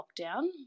lockdown